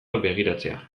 begiratzea